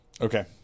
Okay